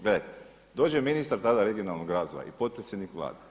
Gledajte dođe ministar tada regionalnog razvoja i potpredsjednik Vlade.